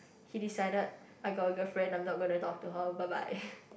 he decided I got a girlfriend I'm not going to talk to her bye bye